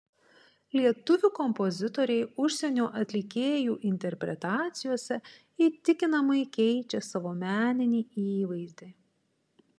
lietuvių kompozitoriai užsienio atlikėjų interpretacijose įtikinamai keičia savo meninį įvaizdį